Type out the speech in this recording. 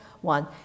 one